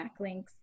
backlinks